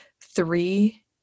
three